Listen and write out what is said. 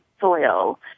soil